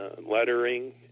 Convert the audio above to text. lettering